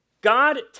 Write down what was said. God